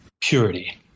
purity